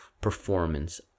performance